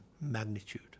magnitude